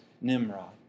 Nimrod